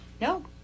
no